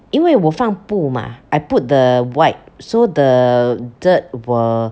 因为我放布 mah I put the wipe so the dirt will